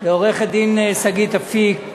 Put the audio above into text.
עורכת-דין שגית אפיק,